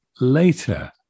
later